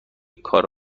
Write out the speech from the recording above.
کار